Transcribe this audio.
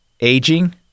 aging